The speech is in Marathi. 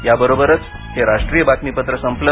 या बरोबरच हे राष्ट्रीय बातमीपत्र संपलं